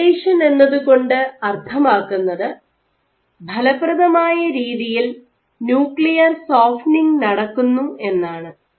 degradation എന്നതുകൊണ്ട് അർത്ഥമാക്കുന്നത് ഫലപ്രദമായ രീതിയിൽ ന്യൂക്ലിയർ സോഫ്റ്റനിംഗ് നടക്കുന്നു എന്നാണ്